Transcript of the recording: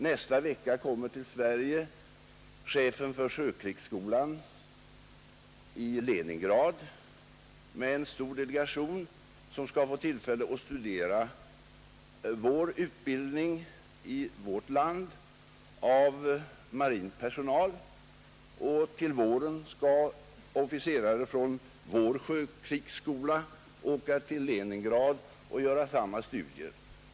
Nästa vecka kommer till Sverige chefen för sjökrigsskolan i Leningrad med en delegation som skall få tillfälle att studera utbildningen av marin personal i vårt land, och till våren skall officerare från vår sjökrigsskola åka till Leningrad och göra samma studier där.